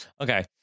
Okay